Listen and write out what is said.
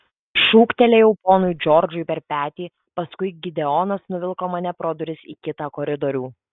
šūktelėjau ponui džordžui per petį paskui gideonas nuvilko mane pro duris į kitą koridorių